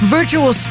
Virtual